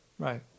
Right